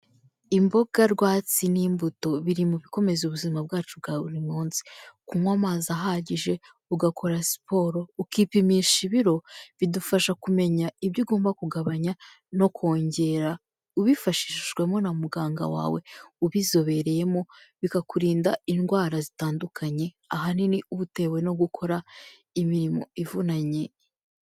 Imboga rwatsi n'imbuto biri mu bikomeza ubuzima bwacu bwa buri munsi, kunywa amazi ahagije, ugakora siporo, ukipimisha ibiro bidufasha kumenya ibyo ugomba kugabanya no kongera ubifashijwemo na muganga wawe ubizobereyemo bikakurinda indwara zitandukanye ahanini uba utewe no gukora imirimo ivunanye.